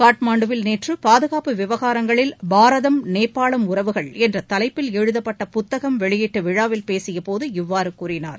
காட்மாண்டுவில் நேற்று பாதுகாட்டு விவகாரங்களில் பாரதம் நேபாளம் உறவுகள் என்ற தலைப்பில் எழுதப்பட்ட புத்தகம் வெளியீட்டு விழாவில் பேசியபோது இவ்வாறு கூறினார்